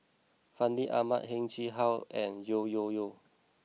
Fandi Ahmad Heng Chee How and Yeo Yeow Kwang